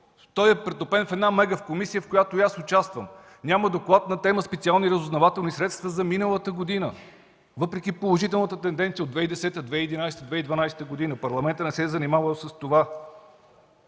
Той е претопен в една мега комисия, в която участвам и аз. Няма доклад на тема „Специални разузнавателни средства” за миналата година, въпреки положителната тенденция от 2010-а, 2011-а и 2012 г., Парламентът не се е занимавал с това.